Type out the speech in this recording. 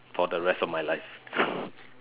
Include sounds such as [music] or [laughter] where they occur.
for the rest of my life [laughs]